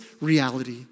reality